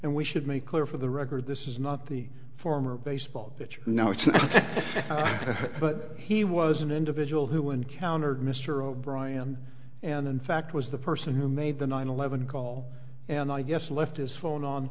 and we should make clear for the record this is not the former baseball that you know it's not but he was an individual who encountered mr o'brien and in fact was the person who made the nine eleven call and i guess left his phone on